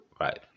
Right